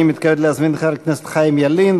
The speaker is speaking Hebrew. אני מתכבד להזמין את חבר הכנסת חיים ילין,